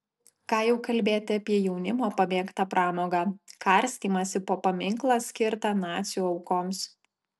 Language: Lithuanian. ką jau kalbėti apie jaunimo pamėgtą pramogą karstymąsi po paminklą skirtą nacių aukoms